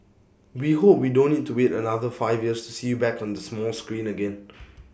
we hope we don't need to wait another five years to see you back on the small screen again